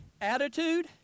attitude